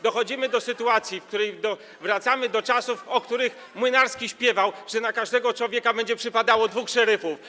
Dochodzimy do sytuacji, w której wracamy do czasów, o których Młynarski śpiewał, że na każdego człowieka będzie przypadało dwóch szeryfów.